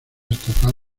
estatal